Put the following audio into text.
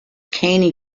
caney